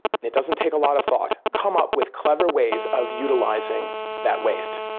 and it doesn't take a lot of thought come up with clever ways of utilizing that waste.